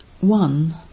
One